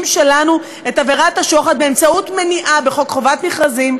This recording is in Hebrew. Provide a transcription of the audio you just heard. שלנו את עבירת השוחד באמצעות מניעה בחוק חובת מכרזים,